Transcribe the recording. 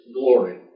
glory